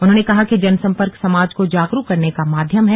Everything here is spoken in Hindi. उन्होंने कहा कि जनसंपर्क समाज को जागरूक करने का माध्यम है